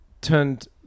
turned